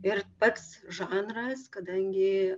ir pats žanras kadangi